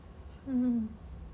hmm